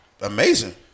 amazing